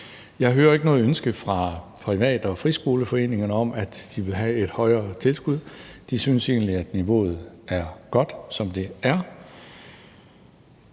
Jeg hører ikke noget ønske fra privat- og friskoleforeningerne om, at de vil have et højere tilskud – de synes egentlig, at niveauet er godt, som det er